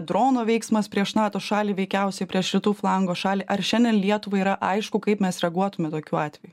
drono veiksmas prieš nato šalį veikiausiai prieš rytų flango šalį ar šiandien lietuvai yra aišku kaip mes reaguotume tokiu atveju